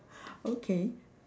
okay